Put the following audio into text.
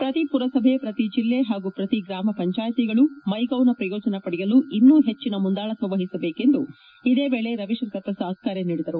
ಪ್ರತಿ ಪುರಸಭೆ ಪ್ರತಿ ಜಿಲ್ಲೆ ಹಾಗೂ ಪ್ರತಿ ಗ್ರಾಮ ಪಂಚಾಯಿತಿಗಳು ಮೈಗೌನ ಪ್ಪಯೋಜನ ಪಡೆಯಲು ಇನ್ನೂ ಹೆಚ್ಚಿನ ಮುಂದಾಳತ್ತ ವಹಿಸಬೇಕೆಂದು ಇದೇ ವೇಳೆ ರವಿಶಂಕರ್ ಪ್ಪಸಾದ್ ಕರೆ ನೀಡಿದರು